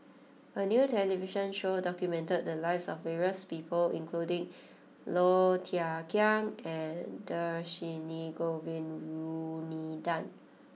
a new television show documented the lives of various people including Low Thia Khiang and Dhershini Govin Winodan